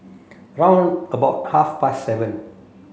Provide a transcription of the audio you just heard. round about half past seven